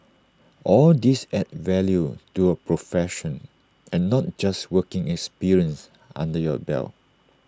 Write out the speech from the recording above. all these add value to your profession and not just working experience under your belt